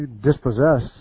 dispossess